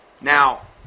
Now